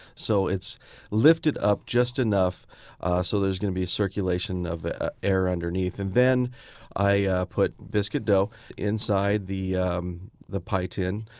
so it's lifted up just enough so that there's going to be circulation of air underneath. and then i ah put biscuit dough inside the um the pie tin,